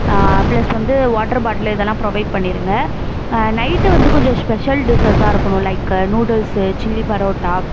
plus வந்து water bottle இதெல்லாம் provide பண்ணிடுங்க நைட்டு வந்து கொஞ்சம் ஷ்பெஷல் டிஷ்ஷஸா இருக்கணும் லைக் நூடுல்ஸு சில்லி பரோட்டா